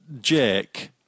Jake